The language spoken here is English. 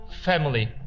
family